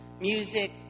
music